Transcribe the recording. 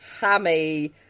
hammy